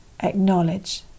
acknowledge